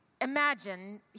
imagine